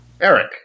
Eric